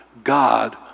God